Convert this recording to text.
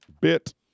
bit